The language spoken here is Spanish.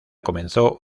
comenzó